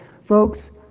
Folks